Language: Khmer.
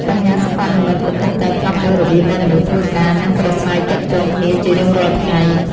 បញ្ញាសិប្បនិម្មិតកំពុងតែផ្លាស់ប្តូររបៀបដែលមនុស្សធ្វើការ និងប្រាស្រ័យទាក់ទងគ្នាជារៀងរាល់ថ្ងៃ។